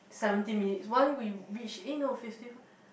seventeen minutes one we reach eh no fifty fi~